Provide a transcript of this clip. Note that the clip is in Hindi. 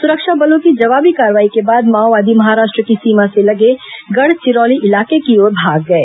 सुरक्षा बलों की जवाबी कार्रवाई के बाद माओवादी महाराष्ट्र की सीमा से लगे गढ़चिरौली इलाके की ओर भाग गए